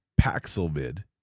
Paxilvid